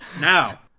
Now